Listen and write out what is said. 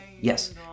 yes